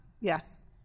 Yes